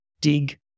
dig